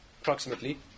approximately